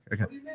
okay